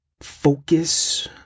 focus